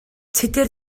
tudur